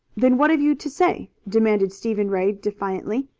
then what have you to say? demanded stephen ray defiantly.